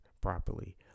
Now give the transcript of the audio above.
properly